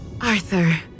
Arthur